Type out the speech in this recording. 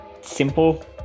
simple